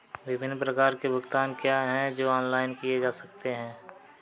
विभिन्न प्रकार के भुगतान क्या हैं जो ऑनलाइन किए जा सकते हैं?